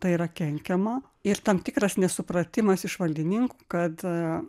tai yra kenkiama ir tam tikras nesupratimas iš valdininkų kad